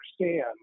understand